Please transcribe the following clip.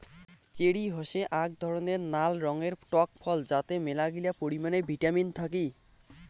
cherry হসে আক ধরণের নাল রঙের টক ফল যাতে মেলাগিলা পরিমানে ভিটামিন থাকি